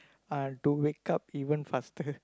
ah to wake up even faster